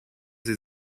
sie